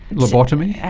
lobotomy?